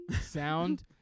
sound